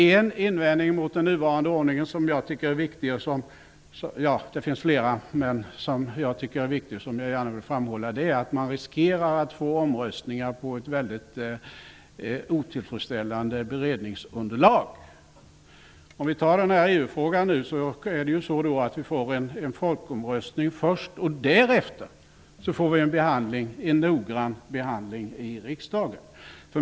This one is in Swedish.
En invändning mot den nuvarande ordningen -- som jag tycker är viktig och som jag gärna vill framhålla -- är att det finns risk för att det görs omröstningar på ett otillfredsställande beredningsunderlag. Om jag tar EU-frågan som exempel, är det så att det först blir en folkomröstning och därefter görs en noggrann behandling i riksdagen.